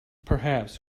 perhaps